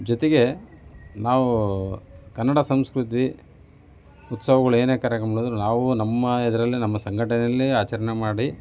ಜೊತೆಗೆ ನಾವು ಕನ್ನಡ ಸಂಸ್ಕೃತಿ ಉತ್ಸವಗಳು ಏನೇ ಕಾರ್ಯಕ್ರಮ ನಡೆದರೂ ನಾವು ನಮ್ಮ ಇದರಲ್ಲೇ ನಮ್ಮ ಸಂಘಟನೆಯಲ್ಲೇ ಆಚರಣೆ ಮಾಡಿ